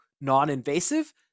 non-invasive